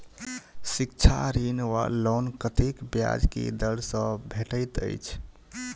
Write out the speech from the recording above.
शिक्षा ऋण वा लोन कतेक ब्याज केँ दर सँ भेटैत अछि?